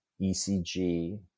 ECG